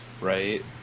right